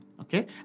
okay